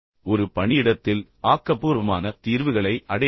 ஒரு பணியிடத்தில் ஆக்கபூர்வமான தீர்வுகளை அடைய முடியும்